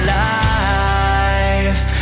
life